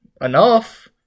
enough